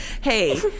Hey